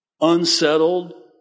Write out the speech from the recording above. unsettled